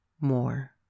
More